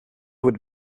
would